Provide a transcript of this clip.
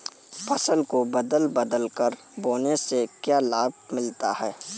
फसल को बदल बदल कर बोने से क्या लाभ मिलता है?